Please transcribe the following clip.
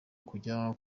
kujya